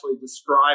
describe